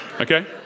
Okay